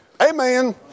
Amen